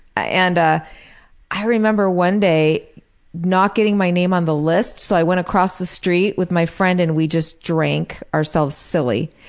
ah and i remember one day not getting my name on the list so i went across the street with my friend and we just drank ourselves silly.